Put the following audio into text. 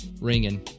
ringing